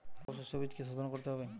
সব শষ্যবীজ কি সোধন করতে হবে?